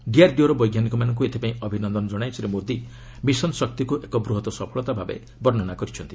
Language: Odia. ଡିଆର୍ଡିଓର ବୈଜ୍ଞାନିକମାନଙ୍କୁ ଏଥିପାଇଁ ଅଭିନନ୍ଦନ ଜଶାଇ ଶ୍ରୀ ମୋଦି ମିଶନ ଶକ୍ତିକୁ ଏକ ବୃହତ ସଫଳତା ଭାବେ ବର୍ଣ୍ଣନା କରିଛନ୍ତି